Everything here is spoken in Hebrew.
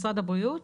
משרד הבריאות,